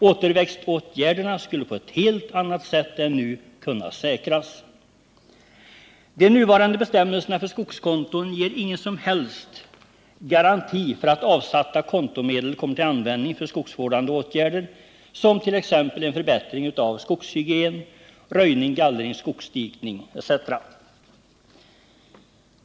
Återväxtåtgärderna skulle på ett helt annat sätt än nu kunna säkras. De nuvarande bestämmelserna för skogskonton ger ingen som helst garanti för att avsatta kontomedel kommer till användning för skogsvårdande åtgärder som t.ex. förbättrad skogshygien, röjning, gallring, skogsdikning etc.